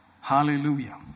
Hallelujah